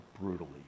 brutally